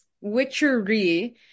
witchery